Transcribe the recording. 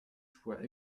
soient